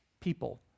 people